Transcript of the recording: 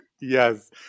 yes